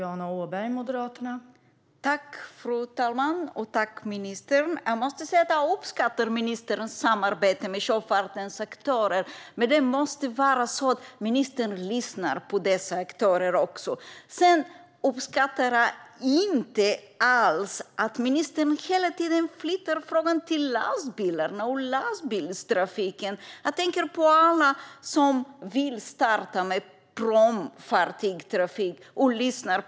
Fru talman! Tack, ministern, för svaret! Jag måste säga att jag uppskattar ministerns samarbete med sjöfartens aktörer, men ministern måste också lyssna på dessa aktörer. Sedan vill jag säga att jag inte alls uppskattar att ministern hela tiden flyttar frågan till lastbilarna och lastbilstrafiken. Jag tänker på alla som lyssnar på oss nu och som vill börja med pråmfartygstrafik.